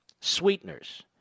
sweeteners